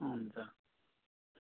हुन्छ